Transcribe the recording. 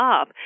up